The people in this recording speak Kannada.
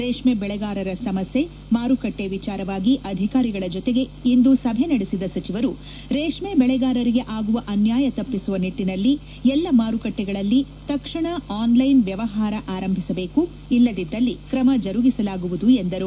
ರೇಷ್ನೆ ಬೆಳೆಗಾರರ ಸಮಸ್ಯೆ ಮಾರುಕಟ್ಟೆ ವಿಚಾರವಾಗಿ ಅಧಿಕಾರಿಗಳ ಜೊತೆಗೆ ಇಂದು ಸಭೆ ನಡೆಸಿದ ಸಚಿವರು ರೇಷ್ನೆ ಬೆಳೆಗಾರರಿಗೆ ಆಗುವ ಅನ್ನಾಯ ತಪ್ಪಿಸುವ ನಿಟ್ಟನಲ್ಲಿ ಎಲ್ಲ ಮಾರುಕಟ್ಟಿಗಳಲ್ಲಿ ತಕ್ಷಣ ಆನ್ಲೈನ್ ವ್ಯವಹಾರ ಆರಂಭಿಸಬೇಕುಇಲ್ಲದಿದ್ದಲ್ಲಿ ಕ್ರಮ ಜರುಗಿಸಲಾಗುವುದು ಎಂದರು